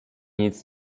nic